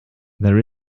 there